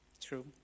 True